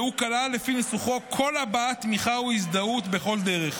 והוא כלל לפי ניסוחו כל הבעת תמיכה או הזדהות בכל דרך.